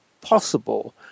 possible